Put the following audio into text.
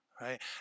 right